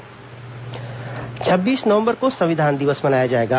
संविधान दिवस छब्बीस नवंबर को संविधान दिवस मनाया जाएगा